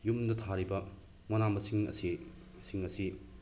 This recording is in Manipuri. ꯌꯨꯝꯗ ꯊꯥꯔꯤꯕ ꯃꯅꯥ ꯃꯁꯤꯡ ꯑꯁꯤ ꯁꯤꯡ ꯑꯁꯤ